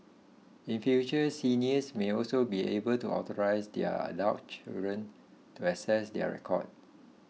in future seniors may also be able to authorise their adult children to access their records